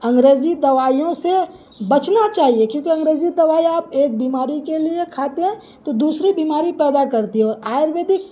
انگریزی دوائیوں سے بچنا چاہیے کیونکہ انگریزی دوائی آپ ایک بیماری کے لیے کھاتے ہیں تو دوسری بیماری پیدا کرتی ہے اور آیوریدک